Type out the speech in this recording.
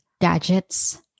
gadgets